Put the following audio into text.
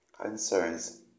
concerns